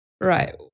right